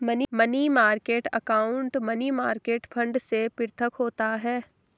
money market account money market fund से पृथक होता है